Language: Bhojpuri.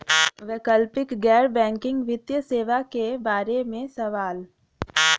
वैकल्पिक गैर बैकिंग वित्तीय सेवा के बार में सवाल?